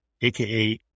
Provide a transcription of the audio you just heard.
aka